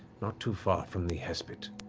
not too far from the hespit.